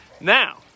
Now